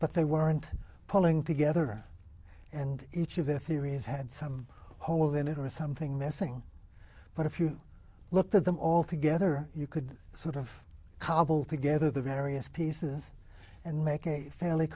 but they weren't pulling together and each of the theories had some hole in it was something missing but if you looked at them all together you could sort of cobble together the various pieces and make a family